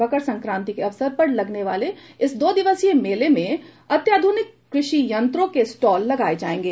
मकर संक्रांति के अवसर पर लगने वाले इस दो दिवसीय मेला में अत्याधुनिक कृषि यंत्रों के स्टाल लगाए जाएंगे